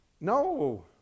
No